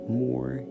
more